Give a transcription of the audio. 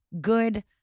good